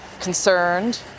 concerned